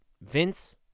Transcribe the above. Vince